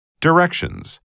Directions